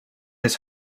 his